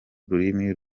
ururimi